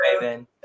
Raven